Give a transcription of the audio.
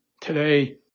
today